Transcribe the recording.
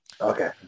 Okay